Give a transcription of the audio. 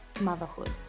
motherhood